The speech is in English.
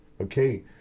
okay